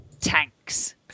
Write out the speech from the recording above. tanks